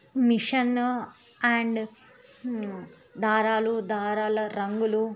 machine and దారాలు దారాల రంగులు